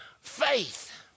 faith